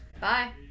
Bye